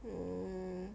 mm